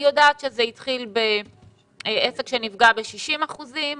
אני יודעת שזה התחיל בעסק שנפגע ב-60 אחוזים,